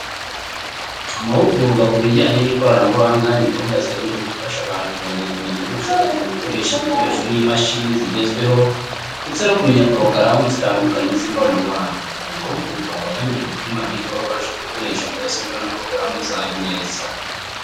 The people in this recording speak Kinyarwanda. Amahugurwa ku bijyanye n'ikoranabuhanga ni gahunda zigamije gufasha abantu kongera ubumenyi n'ubushobozi mu gukoresha ibikoresho n'imashini zigezweho, ndetse no kumenya porogaramu zitandukanye z'ikoranabuhanga. Aya mahugurwa aba agamije gutuma abiga babasha gukoresha mudasobwa na porogaramu zayo neza.